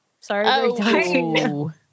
sorry